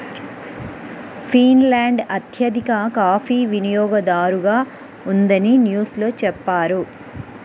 Finland అత్యధిక coffee వినియోగదారుగా ఉందని న్యూస్ లో చెప్పారు